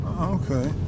Okay